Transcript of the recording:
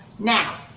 now,